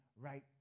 right